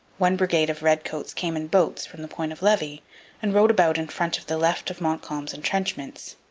one brigade of redcoats came in boats from the point of levy and rowed about in front of the left of montcalm's entrenchments.